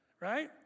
right